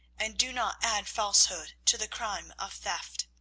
and do not add falsehood to the crime of theft.